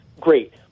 Great